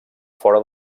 fora